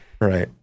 Right